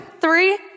three